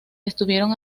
estuvieron